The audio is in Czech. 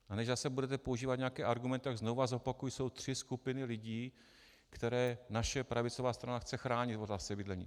A než zase budete používat nějaké argumenty, tak znova zopakuji: jsou tři skupiny lidí, které naše pravicová strana chce chránit v otázce bydlení.